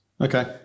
Okay